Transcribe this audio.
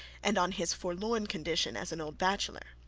and on his forlorn condition as an old bachelor.